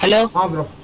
and ah congress,